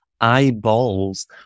eyeballs